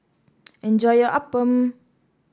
enjoy your Appam